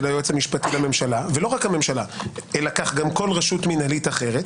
היועץ המשפטי לממשלה ולא רק הממשלה אלא כך גם כל רשות מינהלית אחרת